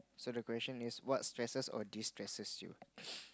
so the question is what stresses or distresses you